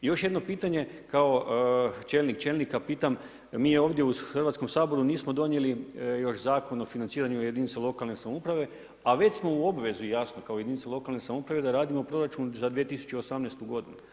I još jedno pitanje, kao čelnik čelnika pitam, mi ovdje u Hrvatskom saboru nismo donijeli još Zakon o financiranju jedinica lokalne samouprave, a već smo u obvezi kao jedinica lokalne samouprave da radimo proračun za 2018. godinu.